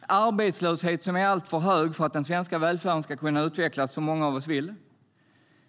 Vi har en arbetslöshet som är alltför hög för att den svenska välfärden ska kunna utvecklas på det sätt som många av oss vill.